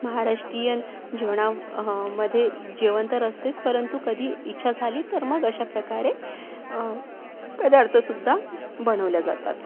महाराष्ट्रीयन जेवणामध्ये जेवण तर असतेच परंतु कधी इच्छा झाली तर मग अशा प्रकारे पदार्थसुद्धा बनवले जातात